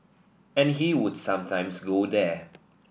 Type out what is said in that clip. and he would sometimes go there